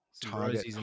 target